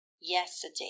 yesterday